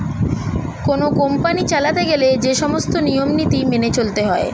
কোন কোম্পানি চালাতে গেলে যে সমস্ত নিয়ম নীতি মেনে চলতে হয়